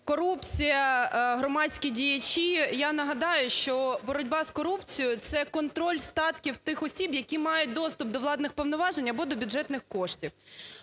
корупція, громадські діячі. Я нагадаю, що боротьба з корупцією – це контроль статків тих осіб, які мають доступ до владних повноважень або до бюджетних коштів.